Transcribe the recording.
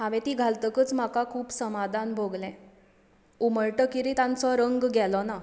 हांवे ती घालतकच म्हाका खूब समाधान भोगलें उमळटगीरूय तांचो रंग गेलो ना